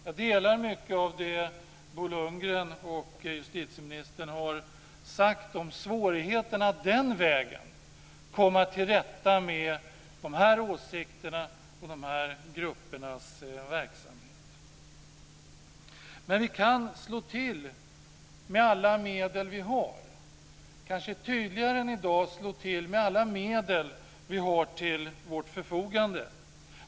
Jag delar uppfattningen som Bo Lundgren och justitieministern har uttalat om svårigheterna att den vägen komma till rätta med de åsikterna och gruppernas verksamhet. Men vi kan tydligare slå till med alla medel vi har till vårt förfogande.